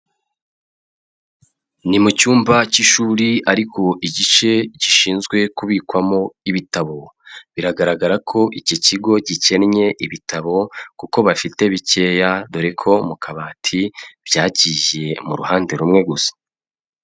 Ni mu cyumba cy'ishuri ariko igice gishinzwe kubikwamo ibitabo, biragaragara ko iki kigo gikennye ibitabo kuko bafite bikeya, dore ko mu kabati byagiye mu ruhande rumwe gusa.